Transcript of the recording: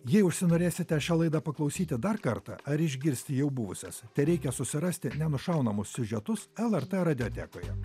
jei užsinorėsite šią laidą paklausyti dar kartą ar išgirsti jau buvusias tereikia susirasti nenušaunamus siužetus lrt radiotekoje